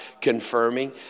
confirming